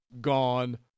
gone